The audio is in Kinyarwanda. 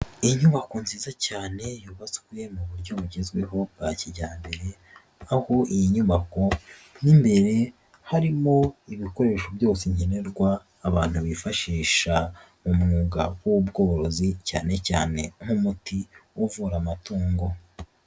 Inyubako nziza cyane yubatswe mu buryo bugezweho bwa kijyambere, aho iyi nyubako mo imbere harimo ibikoresho byose nkenerwa abantu bifashisha mu mwuga w'ubworozi cyane cyane nk'umuti uvura amatungo.